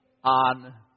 On